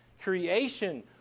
Creation